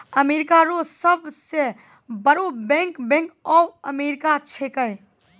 America रो सब से बड़ो बैंक बैंक ऑफ अमेरिका छैकै